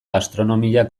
gastronomia